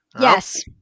Yes